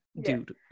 dude